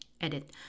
Edit